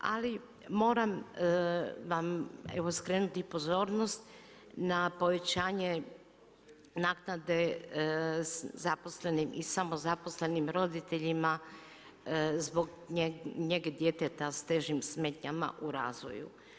Ali moram vam evo skrenuti pozornost na povećanje naknade zaposlenim i samozaposlenim roditeljima zbog njege djeteta s težim smetnjama u razvoju.